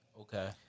okay